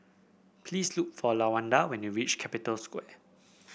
please look for Lawanda when you reach Capital Square